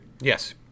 Yes